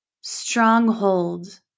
stronghold